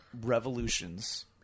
Revolutions